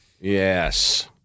Yes